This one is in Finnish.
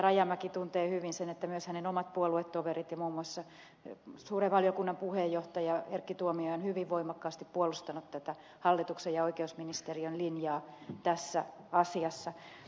rajamäki tuntee hyvin sen että myös hänen omat puoluetoverinsa ja muun muassa suuren valiokunnan puheenjohtaja erkki tuomioja ovat hyvin voimakkaasti puolustaneet tätä hallituksen ja oikeusministeriön linjaa tässä asiassa